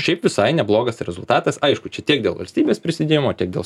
šiaip visai neblogas rezultatas aišku čia tiek dėl valstybės prisidėjimo tiek dėl